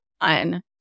on